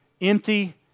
empty